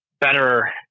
better